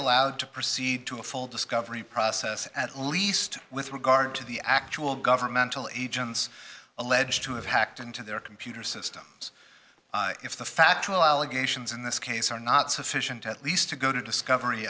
allowed to proceed to a full discovery process at least with regard to the actual governmental agents alleged to have hacked into their computer systems if the factual allegations in this case are not sufficient at least to go to discovery